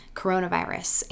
coronavirus